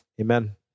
Amen